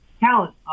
talent